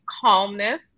calmness